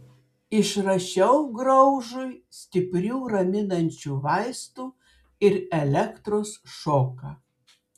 išrašiau graužui stiprių raminančių vaistų ir elektros šoką